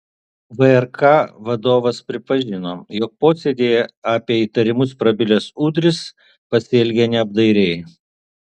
vrk vadovas pripažino jog posėdyje apie įtarimus prabilęs udris pasielgė neapdairiai